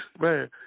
Man